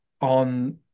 on